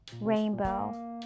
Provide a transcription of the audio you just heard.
rainbow